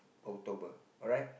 October alright